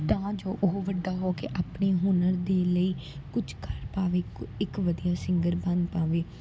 ਤਾਂ ਜੋ ਉਹ ਵੱਡਾ ਹੋ ਕੇ ਆਪਣੇ ਹੁਨਰ ਦੇ ਲਈ ਕੁਝ ਕਰ ਪਾਵੇ ਇੱਕ ਵਧੀਆ ਸਿੰਗਰ ਬਣ ਪਾਵੇ